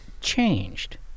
changed